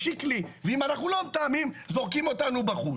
ואם אנחנו לא מתאמים זורקים אותנו החוצה.